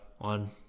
on